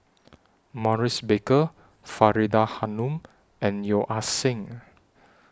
Maurice Baker Faridah Hanum and Yeo Ah Seng